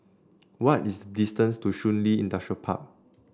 what is the distance to Shun Li Industrial Park